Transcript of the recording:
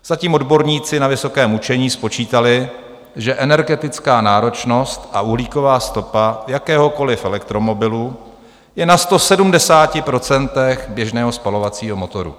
Zatím odborníci na vysokém učení spočítali, že energetická náročnost a uhlíková stopa jakéhokoli elektromobilu je na 170 % běžného spalovacího motoru.